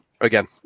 again